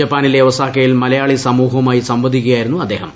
ജപ്പാനിലെ ഒസാകയിൽ മലയാളി സമൂഹവുമായി സംവദിക്കുകയായിരുന്നു അദ്ദേഹം